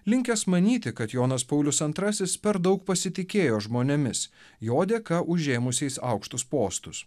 linkęs manyti kad jonas paulius antrasis per daug pasitikėjo žmonėmis jo dėka užėmusiais aukštus postus